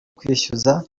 kwishyuza